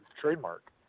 trademark